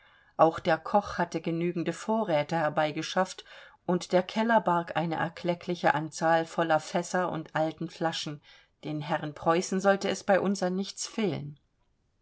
auch der koch hatte genügende vorräte herbeigeschafft und der keller barg eine erkleckliche anzahl voller fässer und alten flaschen den herren preußen sollte es bei uns an nichts fehlen